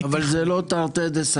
זה לא תרתי דסתרי?